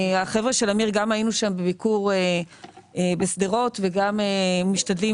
החבר'ה של אמיר גם היינו שם בביקור בשדרות וגם משתדלים